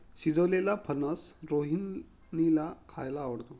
शिजवलेलेला फणस रोहिणीला खायला आवडतो